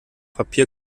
papier